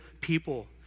people